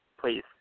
please